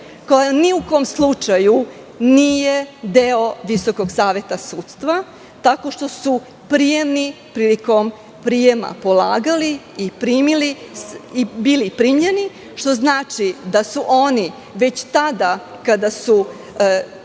koja ni u kom slučaju nije deo Visokog saveta sudstva, tako što su prijemni prilikom prijema polagali i bili primljeni, što znači da su oni već tada kada su krenuli